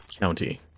County